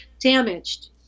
damaged